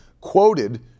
quoted